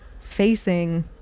facing